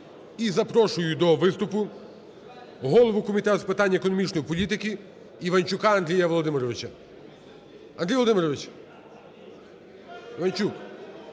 І запрошую до виступу голову Комітету з питань економічної політики Іванчука Андрія Володимировича. Андрію Володимировичу, Іванчук,